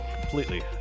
Completely